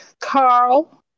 Carl